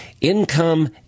income